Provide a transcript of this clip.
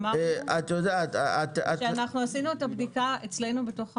אמרנו שאנחנו עשינו את הבדיקה אצלנו בתוך המשרד,